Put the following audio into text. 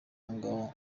ngabo